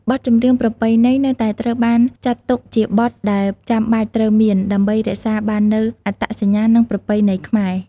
បទចម្រៀងប្រពៃណីនៅតែត្រូវបានចាត់ទុកជាបទដែលចាំបាច់ត្រូវមាន ដើម្បីរក្សាបាននូវអត្តសញ្ញាណ និងប្រពៃណីខ្មែរ។